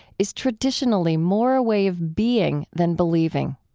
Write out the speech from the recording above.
is traditionally more a way of being than believing.